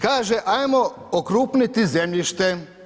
Kaže ajmo okrupniti zemljište.